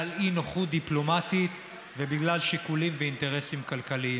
אי-נוחות דיפלומטית ובגלל שיקולים ואינטרסים כלכליים?